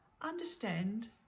understand